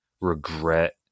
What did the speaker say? regret